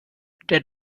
der